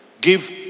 Give